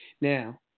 Now